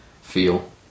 Feel